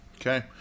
Okay